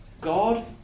God